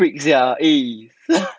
freak sia eh